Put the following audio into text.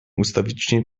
ustawicznie